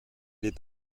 est